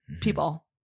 people